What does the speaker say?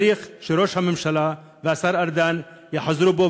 צריך שראש הממשלה והשר ארדן יחזרו בהם